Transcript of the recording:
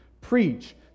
preach